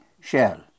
shell